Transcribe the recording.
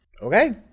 okay